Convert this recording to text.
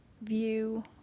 view